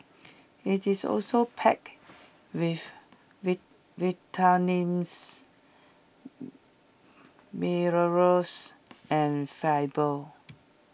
IT is also packed with vitamins minerals and fibre